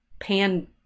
pan